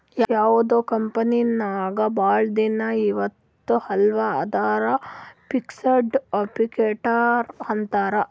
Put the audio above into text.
ಯಾವ್ದು ಕಂಪನಿ ನಾಗ್ ಭಾಳ ದಿನ ಇರ್ತುದ್ ಅಲ್ಲಾ ಅದ್ದುಕ್ ಫಿಕ್ಸಡ್ ಕ್ಯಾಪಿಟಲ್ ಅಂತಾರ್